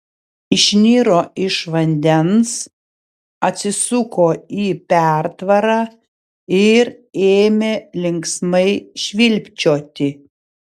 išniro iš vandens atsisuko į pertvarą ir ėmė linksmai švilpčioti